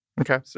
Okay